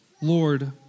Lord